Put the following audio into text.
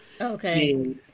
Okay